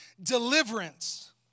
deliverance